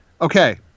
Okay